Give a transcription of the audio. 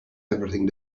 everything